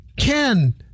Ken